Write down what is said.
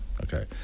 okay